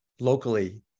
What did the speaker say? locally